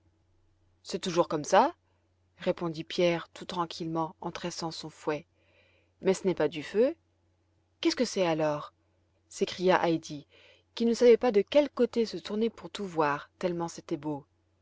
c'est toujours comme ça répondit pierre tout tranquillement en tressant son fouet mais ce n'est pas du feu qu'est-ce que c'est alors s'écria heidi qui ne savait pas de quel côté se tourner pour tout voir tellement c'était beau